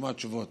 לשמוע תשובות,